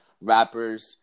rappers